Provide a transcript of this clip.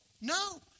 No